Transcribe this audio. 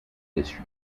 issues